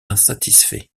insatisfait